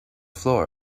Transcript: floor